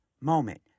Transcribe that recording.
moment